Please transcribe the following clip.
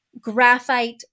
graphite